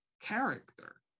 character